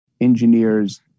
engineers